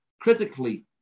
critically